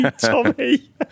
Tommy